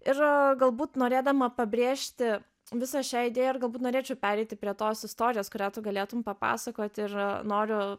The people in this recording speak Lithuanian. ir galbūt norėdama pabrėžti visą šią idėją ir galbūt norėčiau pereiti prie tos istorijos kurią tu galėtum papasakoti ir noriu